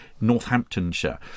Northamptonshire